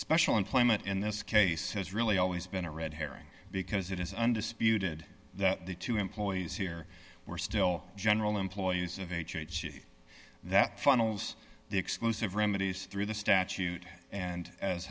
special employment in this case has really always been a red herring because it is undisputed that the two employees here were still general employees of a church that funnels the exclusive remedies through the statute and as